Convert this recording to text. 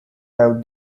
have